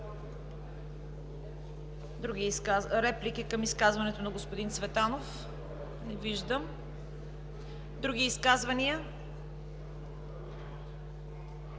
Други изказвания?